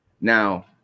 Now